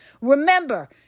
Remember